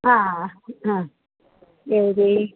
हा हा एव बि